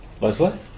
Leslie